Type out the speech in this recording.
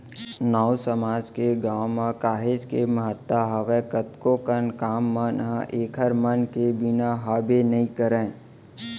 नाऊ समाज के गाँव म काहेच के महत्ता हावय कतको कन काम मन ह ऐखर मन के बिना हाबे नइ करय